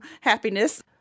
happiness